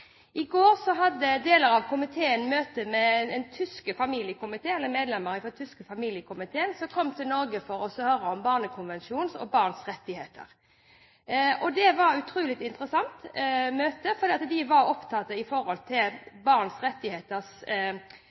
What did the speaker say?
I går hadde deler av komiteen møte med medlemmer av den tyske familiekomiteen. De kom til Norge for å høre om Barnekonvensjonen og barns rettigheter. Det var et utrolig interessant møte. De var opptatt av barns rettigheter i norsk lovverk, og det er jo slik at Barnekonvensjonen har forrang i forhold til norsk lov. Barns